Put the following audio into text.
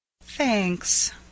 thanks